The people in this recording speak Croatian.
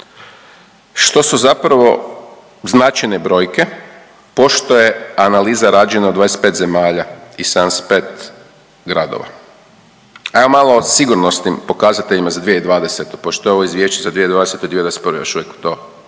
što su zapravo značajne brojke pošto je analiza rađena u 25 zemalja i 75 gradova. Ajmo malo o sigurnosnim pokazateljima za 2020., pošto je ovo izvješće za 2020., 2021. još uvijek to